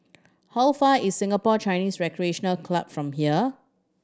how far is Singapore Chinese Recreation Club from here